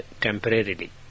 temporarily